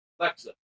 Alexa